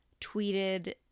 tweeted